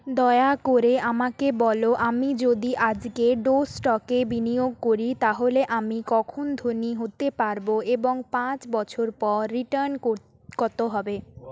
দয়া করে আমাকে বলো আমি যদি আজকে ডো স্টকে বিনিয়োগ করি তাহলে আমি কখন ধনী হতে পারবো এবং পাঁচ বছর পর রিটার্ন কর কত হবে